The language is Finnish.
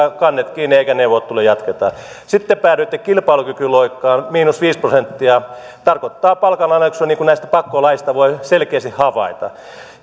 kannet kiinni eikä neuvotteluja jatketa sitten päädyitte kilpailukykyloikkaan miinus viisi prosenttia tarkoittaa palkanalennuksia niin kuin näistä pakkolaeista voi selkeästi havaita